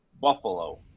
Buffalo